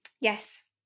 Yes